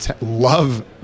love